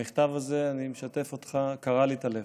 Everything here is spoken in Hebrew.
המכתב הזה, אני משתף אותך, קרע לי את הלב.